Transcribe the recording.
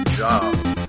jobs